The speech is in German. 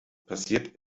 passiert